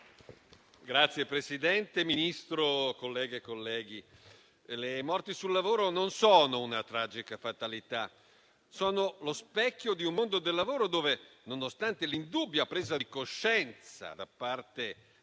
Signor Presidente, signor Ministro, colleghe e colleghi, le morti sul lavoro non sono una tragica fatalità. Esse sono lo specchio di un mondo del lavoro dove, nonostante l'indubbia presa di coscienza da parte dei